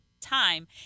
time